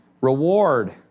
Reward